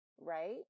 right